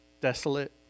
desolate